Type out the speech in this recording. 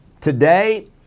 today